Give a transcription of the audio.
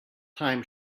time